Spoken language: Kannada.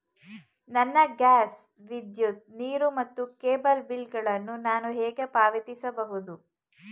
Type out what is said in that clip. ನನ್ನ ಗ್ಯಾಸ್, ವಿದ್ಯುತ್, ನೀರು ಮತ್ತು ಕೇಬಲ್ ಬಿಲ್ ಗಳನ್ನು ನಾನು ಹೇಗೆ ಪಾವತಿಸುವುದು?